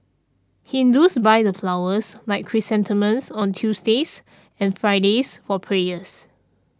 Hindus buy the flowers like chrysanthemums on Tuesdays and Fridays for prayers